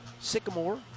Sycamore